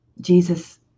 Jesus